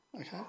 Okay